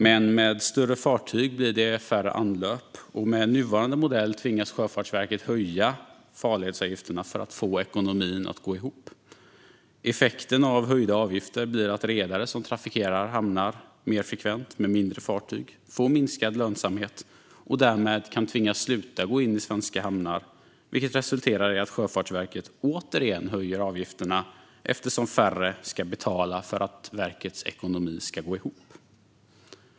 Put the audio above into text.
Men med större fartyg blir det färre anlöp, och med nuvarande modell tvingas Sjöfartsverket att höja farledsavgifterna för att få ekonomin att gå ihop. Effekten av höjda avgifter blir att redare som trafikerar hamnar mer frekvent med mindre fartyg får minskad lönsamhet och därmed kan tvingas sluta gå in i svenska hamnar. Det resulterar i att Sjöfartsverket återigen höjer avgifterna, eftersom färre ska betala för att verkets ekonomi ska gå ihop.